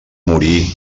morir